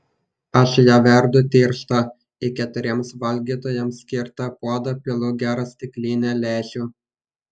aš ją verdu tirštą į keturiems valgytojams skirtą puodą pilu gerą stiklinę lęšių